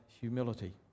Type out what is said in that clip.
humility